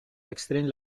extrems